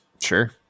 Sure